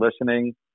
listening